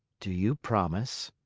do you promise?